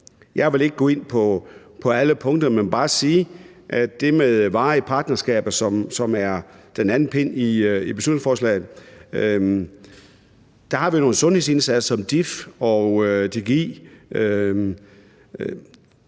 Jeg vil ikke gå ind på alle punkter, men bare sige, at hvad angår det med varige partnerskaber, som er den anden pind i beslutningsforslaget, så har vi nogle sundhedsindsatser, som DIF og DGI